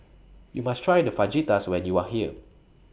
YOU must Try The Fajitas when YOU Are here